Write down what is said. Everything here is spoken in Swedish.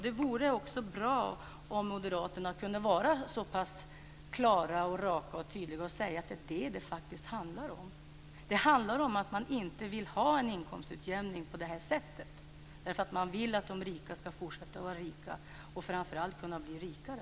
Det vore bra om moderaterna kunde vara så pass raka, klara och tydliga att de sade att det är detta det faktiskt handlar om. Det handlar om att man inte vill ha en inkomstutjämning på det här sättet. Man vill att de rika skall fortsätta att vara rika och framför allt kunna bli rikare.